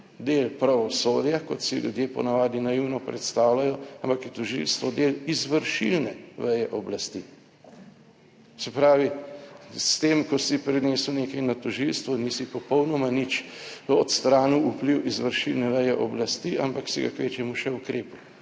del pravosodja, kot si ljudje po navadi naivno predstavljajo, ampak je tožilstvo del izvršilne veje oblasti. Se pravi, s tem ko si prinesel nekaj na tožilstvo, nisi popolnoma nič odstranil vpliv izvršilne veje oblasti, ampak si ga kvečjemu še ukrepal,